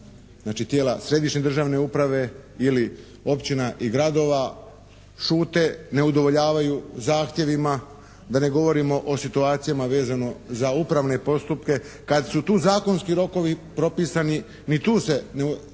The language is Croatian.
tijela središnje državne uprave ili općina i gradova šute, ne udovoljavaju zahtjevima, da ne govorimo o situacijama vezano za upravne postupke kad su tu zakonski rokovi propisani ni tu se ne rješavaju